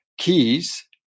Keys